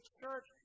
church